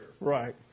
Right